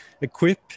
equip